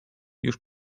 już